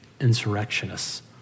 insurrectionists